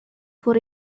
for